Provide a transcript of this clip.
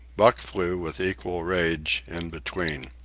buck flew, with equal rage, in between.